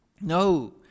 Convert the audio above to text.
No